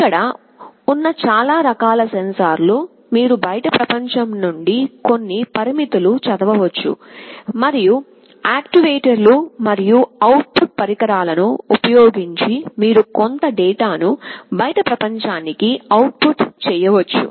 ఇక్కడ వున్నచాలా రకాల సెన్సార్లు మీరు బయటి ప్రపంచం నుండి కొన్ని పరిమితులు చదవవచ్చు మరియు యాక్యుయేటర్లు మరియు అవుట్ పుట్ పరికరాలను ఉపయోగించి మీరు కొంత డేటా ను బయటి ప్రపంచానికి అవుట్ పుట్ చేయవచ్చు